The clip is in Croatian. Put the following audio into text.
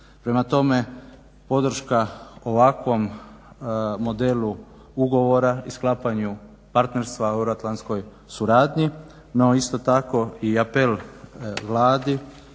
Prema tome podrška ovakvom modelu ugovora i sklapanju partnerstva o euroatlantskoj suradnji. No isto tako i apel Vladi